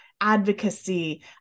advocacy